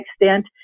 extent